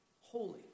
holy